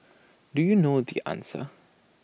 do you know the answer